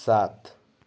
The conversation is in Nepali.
सात